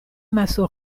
maso